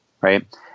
right